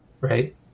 right